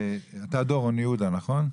אתה דורון יהודה, נכון?